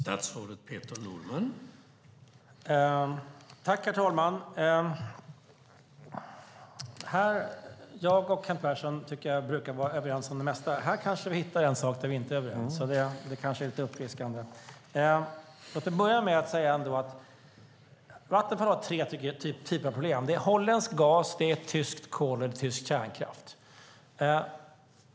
Herr talman! Jag och Kent Persson brukar vara överens om det mesta. Här kanske vi har en sak där vi inte är överens, och det är lite uppfriskande. Låt mig börja med att säga att Vattenfall har tre typer av problem. Det är holländsk gas, det är tyskt kol och tysk kärnkraft.